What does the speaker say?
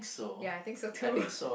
ya I think so too